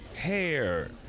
Hair